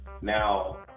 now